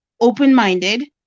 open-minded